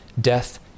death